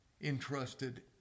entrusted